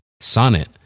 Sonnet